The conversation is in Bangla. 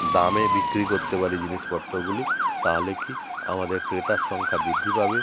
দামে বিক্রি করতে পারি জিনিসপত্রগুলি তাহলে কী আমাদের ক্রেতার সংখ্যা বৃদ্ধি পাবে